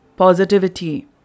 positivity